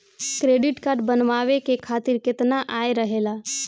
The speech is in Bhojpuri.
क्रेडिट कार्ड बनवाए के खातिर केतना आय रहेला?